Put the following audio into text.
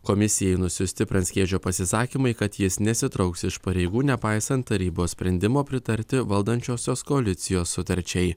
komisijai nusiųsti pranckiečio pasisakymai kad jis nesitrauks iš pareigų nepaisant tarybos sprendimo pritarti valdančiosios koalicijos sutarčiai